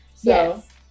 Yes